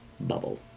bubble